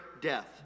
death